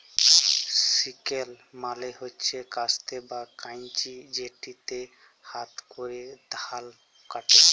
sickle মালে হছে কাস্তে বা কাঁইচি যেটতে হাতে ক্যরে ধাল ক্যাটে